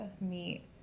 meet